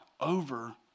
over